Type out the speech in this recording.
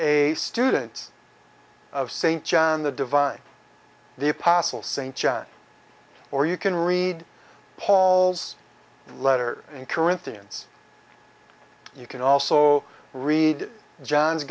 a student of st john the divine the apostle st john or you can read paul's letter in corinthians you can also read john's